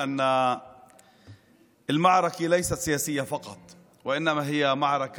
האחים והאחיות